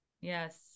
Yes